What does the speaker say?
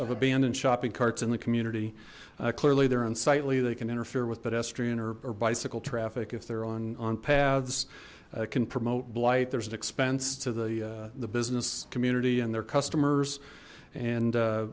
abandoned shopping carts in the community clearly they're unsightly they can interfere with pedestrian or bicycle traffic if they're on on paths can promote blight there's an expense to the the business community and their customers and